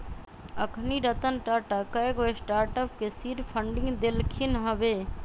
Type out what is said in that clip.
अखनी रतन टाटा कयगो स्टार्टअप के सीड फंडिंग देलखिन्ह हबे